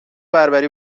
بربری